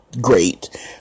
great